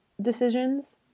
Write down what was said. decisions